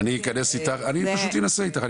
אני פשוט אנסה איתך.